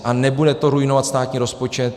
A nebude to ruinovat státní rozpočet.